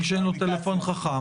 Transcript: מי שאין לו טלפון חכם,